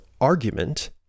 argument